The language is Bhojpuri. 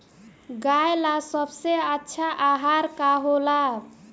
गाय ला सबसे अच्छा आहार का होला?